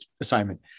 assignment